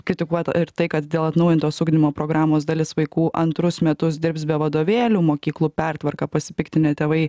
kritikuota ir tai kad dėl atnaujintos ugdymo programos dalis vaikų antrus metus dirbs be vadovėlių mokyklų pertvarka pasipiktinę tėvai